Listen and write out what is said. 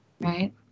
right